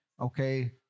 okay